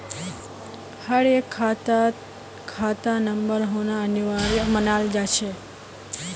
हर एक खातात खाता नंबर होना अनिवार्य मानाल जा छे